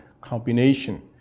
combination